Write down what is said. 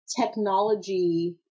technology